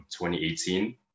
2018